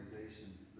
organizations